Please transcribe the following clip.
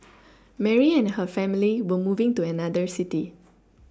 Mary and her family were moving to another city